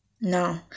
no